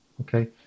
Okay